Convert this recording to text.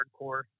hardcore